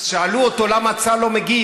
שאלו אותו: למה צה"ל לא מגיב?